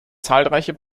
zahlreiche